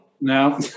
no